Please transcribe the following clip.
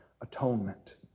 atonement